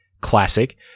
Classic